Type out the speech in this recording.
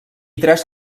tres